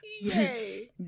Yay